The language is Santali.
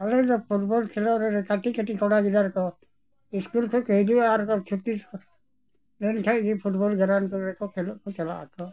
ᱟᱞᱮ ᱫᱚ ᱯᱷᱩᱴᱵᱚᱞ ᱠᱷᱮᱞᱳᱰ ᱨᱮ ᱠᱟᱹᱴᱤᱡ ᱠᱟᱹᱴᱤᱡ ᱠᱚᱲᱟ ᱜᱤᱫᱟᱹᱨ ᱠᱚ ᱥᱠᱩᱞ ᱠᱷᱚᱡ ᱠᱚ ᱦᱤᱡᱩᱜᱼᱟ ᱟᱨ ᱠᱚ ᱪᱷᱩᱴᱤ ᱢᱮᱱᱠᱷᱟᱡ ᱜᱮ ᱯᱷᱩᱴᱵᱚᱞ ᱜᱨᱟᱣᱩᱱᱰ ᱠᱚᱨᱮ ᱠᱚ ᱠᱷᱮᱞᱳᱜ ᱠᱚ ᱪᱟᱞᱟᱜᱼᱟ ᱠᱚ